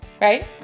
right